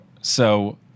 so-